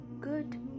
good